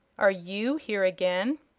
are you here again?